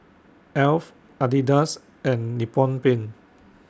Alf Adidas and Nippon Paint